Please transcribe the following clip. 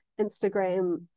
Instagram